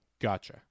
Gotcha